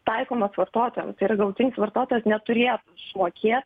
taikomas vartotojam tai yra galutinis vartotojas neturėtų sumokėt